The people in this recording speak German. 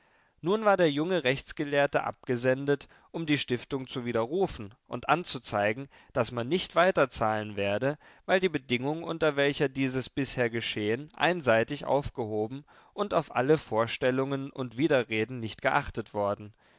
nun war der junge rechtsgelehrte abgesendet um die stiftung zu widerrufen und anzuzeigen daß man nicht weiterzahlen werde weil die bedingung unter welcher dieses bisher geschehen einseitig aufgehoben und auf alle vorstellungen und widerreden nicht geachtet worden